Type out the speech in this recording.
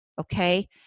okay